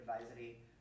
advisory